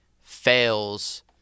fails